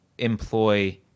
Employ